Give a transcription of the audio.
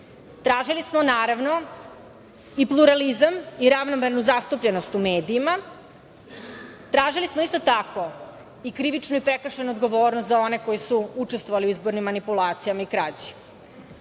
4.Tražili smo, naravno, i pluralizam i ravnomernu zastupljenost u medijima. Tražili smo isto tako i krivičnu i prekršajnu odgovornost za one koji su učestvovali u izbornim manipulacijama i krađi.